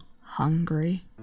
hungry